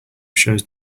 shows